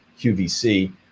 QVC